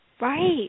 Right